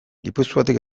gipuzkoatik